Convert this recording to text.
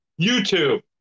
YouTube